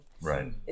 Right